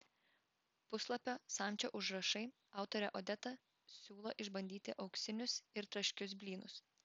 puslapio samčio užrašai autorė odeta siūlo išbandyti auksinius ir traškius blynus